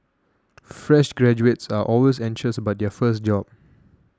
fresh graduates are always anxious about their first job